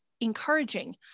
encouraging